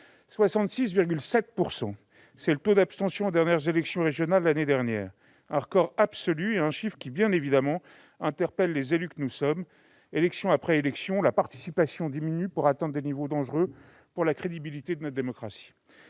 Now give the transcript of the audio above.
en Europe. Le taux d'abstention aux dernières élections régionales, l'année dernière, fut de 66,7 %. C'est un record absolu. Ce chiffre, bien évidemment, interpelle les élus que nous sommes. Élection après élection, la participation diminue, jusqu'à atteindre des niveaux dangereux pour la crédibilité de notre démocratie.